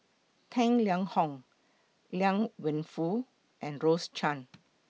Tang Liang Hong Liang Wenfu and Rose Chan